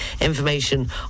information